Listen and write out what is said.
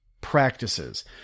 practices